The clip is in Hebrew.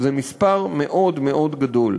זה מספר מאוד מאוד גדול.